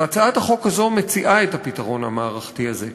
והצעת החוק הזאת מציעה את הפתרון המערכתי הזה.